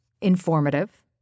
informative